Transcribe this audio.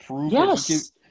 Yes